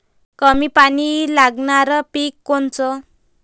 कमी पानी लागनारं पिक कोनचं?